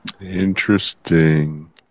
Interesting